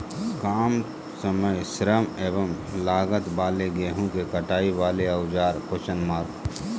काम समय श्रम एवं लागत वाले गेहूं के कटाई वाले औजार?